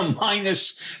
minus